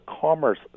Commerce